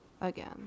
again